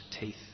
teeth